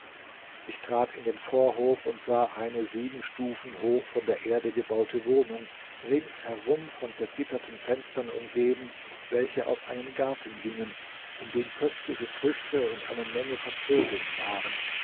ich trat in den vorhof und sah eine sieben stufen hoch von der erde gebaute wohnung rings herum von vergitterten fenstern umgeben welche auf einen garten gingen in dem köstliche früchte und eine menge von vögeln waren